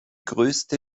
größte